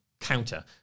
counter-